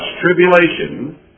tribulation